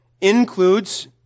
includes